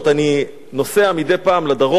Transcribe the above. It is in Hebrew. אני נוסע מדי פעם לדרום,